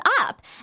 up